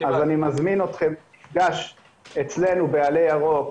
אז אני מזמין אתכם למפגש אצלנו בעלה ירוק,